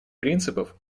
принципов